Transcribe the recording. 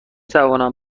توانم